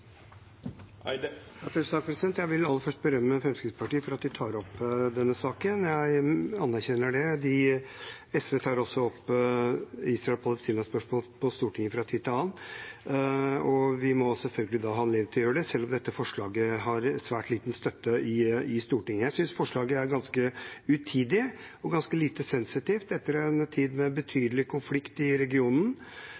Jeg vil aller først berømme Fremskrittspartiet for at de tar opp denne saken. Jeg anerkjenner det. SV tar også opp Israel–Palestina-spørsmål på Stortinget fra tid til annen, og man må selvfølgelig ha anledning til å gjøre det, selv om dette forslaget har svært liten støtte i Stortinget. Jeg synes forslaget er ganske utidig og ganske lite sensitivt. Etter en tid med